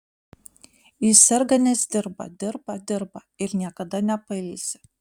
ji serga nes dirba dirba dirba ir niekada nepailsi